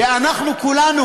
שאנחנו כולנו